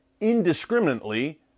indiscriminately